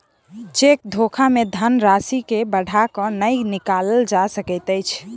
cheque धोखा मे धन राशि के बढ़ा क नै निकालल जा सकैत अछि